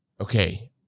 okay